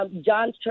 John